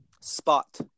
Spot